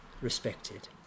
respected